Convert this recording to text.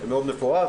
מפורט מאוד,